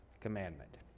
commandment